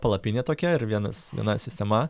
palapinė tokia ir vienas viena sistema